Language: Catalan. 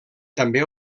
també